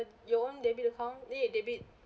your own debit account ya debit